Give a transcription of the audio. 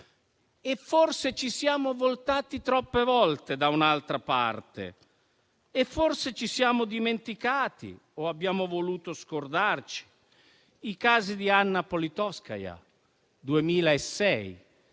Forse ci siamo voltati troppe volte da un'altra parte; forse ci siamo dimenticati o abbiamo voluto scordarci i casi di Anna Politkovskaja nel 2006